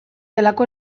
zelako